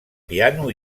piano